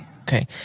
Okay